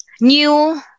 new